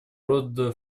рода